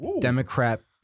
Democrat